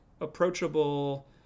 approachable